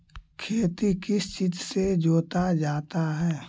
खेती किस चीज से जोता जाता है?